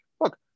look